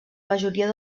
majoria